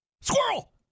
Squirrel